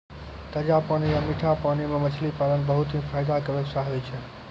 ताजा पानी या मीठा पानी मॅ मछली पालन बहुत हीं फायदा के व्यवसाय होय छै